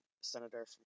senator